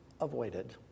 avoided